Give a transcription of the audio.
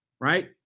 right